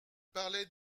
parlais